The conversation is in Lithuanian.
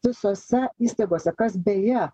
visose įstaigose kas beje